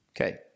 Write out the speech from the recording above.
Okay